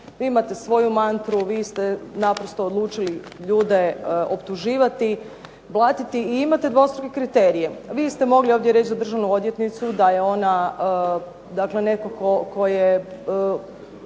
Vi imate svoju mantru, vi ste naprosto odlučili optuživati, blatiti i imate dvostruki kriterije. Vi ste ovdje mogli reći za državnu odvjetnicu da je ona dakle netko tko je